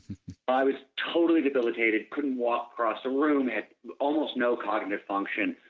i was totally debilitated, couldn't walk across the room and almost no cognitive function.